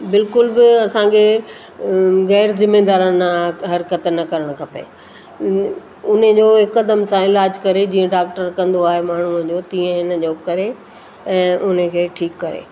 बिल्कुलु बि असांखे गैर ज़िमेदाराना हर्कत न करणु खपे हुनजो हिकदमि सां इलाजु करे जीअं डाक्टर कंदो आहे माण्हूअ जो तीअं हिनजो करे ऐं हुनखे ठीकु करे